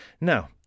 Now